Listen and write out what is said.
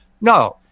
No